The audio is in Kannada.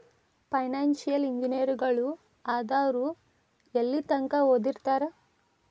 ಫೈನಾನ್ಸಿಯಲ್ ಇಂಜಿನಿಯರಗಳು ಆದವ್ರು ಯೆಲ್ಲಿತಂಕಾ ಓದಿರ್ತಾರ?